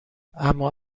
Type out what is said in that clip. اما